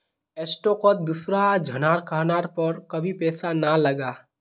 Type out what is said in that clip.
स्टॉकत दूसरा झनार कहनार पर कभी पैसा ना लगा